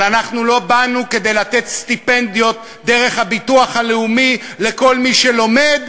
אבל אנחנו לא באנו כדי לתת סטיפנדיות דרך הביטוח הלאומי לכל מי שלומד,